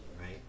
right